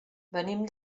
venim